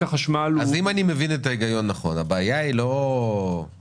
אני מבין את ההיגיון נכון, הבעיה היא לא הכסף.